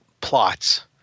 plots